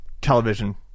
television